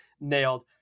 nailed